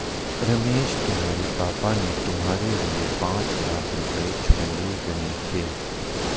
रमेश तुम्हारे पापा ने तुम्हारे लिए पांच लाख रुपए छोड़े गए थे